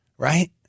right